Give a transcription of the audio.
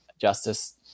justice